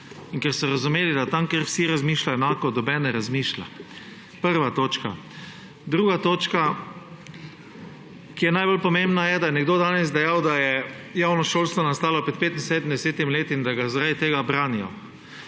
in ker so razumeli, da tam, kjer vsi razmišljajo enako, nobeden ne razmišlja. Prva točka. Druga točka, ki je najbolj pomembna, je, da je nekdo danes dejal, da je javno šolstvo nastalo pred 75 leti in da ga zaradi tega branijo.